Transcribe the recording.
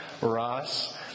Ross